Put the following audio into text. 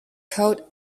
code